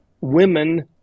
women